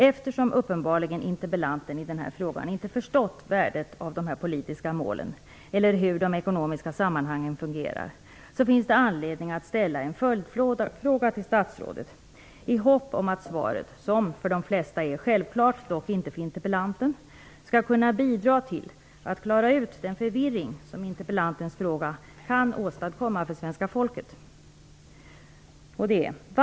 Eftersom interpellanten uppenbarligen inte har förstått värdet av dessa politiska mål eller hur de ekonomiska sammanhangen fungerar finns det anledning att ställa en följdfråga till statsrådet i hopp om att svaret skall kunna bidra till att klara ut den förvirring som interpellantens fråga kan åstadkomma för svenska folket. Svaret är självklart för de flesta, dock inte för interpellanten.